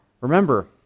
Remember